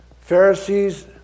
Pharisees